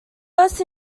first